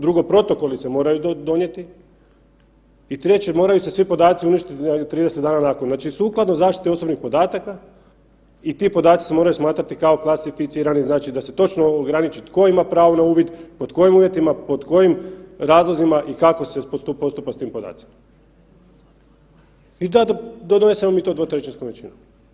Drugo, protokoli se moraju donijeti i treće moraju se svi podaci uništiti 30 dana nakon, znači sukladno zaštiti osobnih podataka i ti podaci se moraju smatrati kao klasificirani, znači da se točno ograniči tko ima pravo na uvid, pod kojim uvjetima, pod kojim razlozima i kako se postupa s tim podacima i da donesemo to dvotrećinskom većinom.